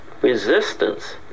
resistance